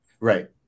right